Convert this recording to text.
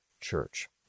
Church